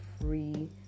free